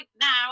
now